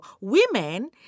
women